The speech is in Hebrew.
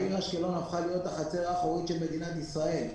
העיר אשקלון הפכה להיות החצר האחורית של מדינת ישראל.